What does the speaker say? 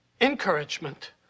encouragement